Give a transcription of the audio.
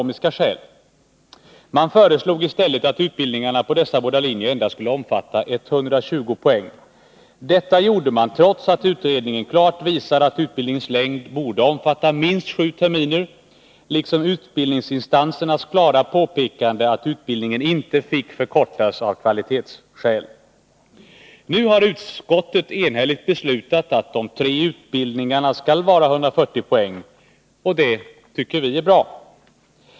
Man föreslog i stället att utbildningarna på dessa båda linjer endast skulle omfatta 120 poäng. Detta gjorde man trots att utredningen klart visade att utbildningens längd borde omfatta minst sju terminer och trots utbildningsinstansernas klara påpekande att utbildningen av kvalitetsskäl inte fick förkortas. Nu har utskottet enhälligt beslutat föreslå att de tre utbildningarna skall omfatta 140 poäng, och det tycker vi moderater är bra.